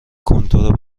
کنتور